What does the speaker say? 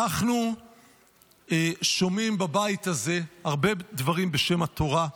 אנחנו שומעים בבית הזה הרבה דברים בשם התורה,